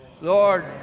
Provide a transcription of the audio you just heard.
Lord